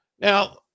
Now